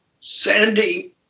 Sandy